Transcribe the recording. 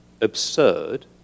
absurd